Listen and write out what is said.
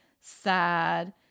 sad